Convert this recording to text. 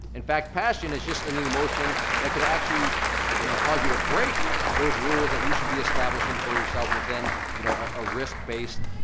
in fact, passion is just an emotion that could actually you know cause you to break those rules that you should be establishing for yourself within you know a risk-based,